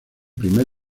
primer